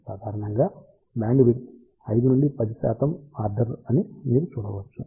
సాధారణంగా బ్యాండ్విడ్త్ 5 నుండి 10 ఆర్డర్ అని మీరు చూడవచ్చు